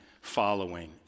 following